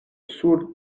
sur